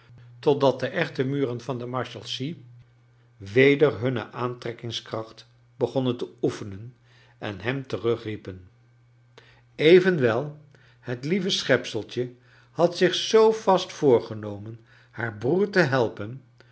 totdat de echte muren van de marshalsea weder hunne aantrekkingskracht begonnen te oefenen en hem terugriepen evenwel het lieve schepseltje had zich zoo vast voorgenomen haar broer te helpen